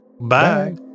Bye